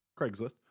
Craigslist